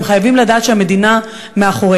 הם חייבים לדעת שהמדינה מאחוריהם,